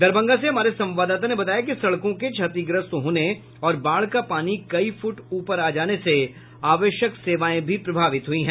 दरभंगा से हमारे संवाददाता ने बताया कि सड़कों के क्षतिग्रस्त होने और बाढ़ का पानी कई फूट ऊपर आ जाने से आवश्यक सेवाएं भी प्रभावित हुई है